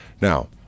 Now